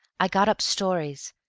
i got up stories.